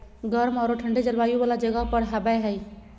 गर्म औरो ठन्डे जलवायु वाला जगह पर हबैय हइ